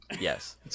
Yes